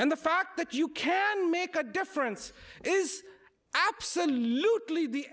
and the fact that you can make a difference is absolutely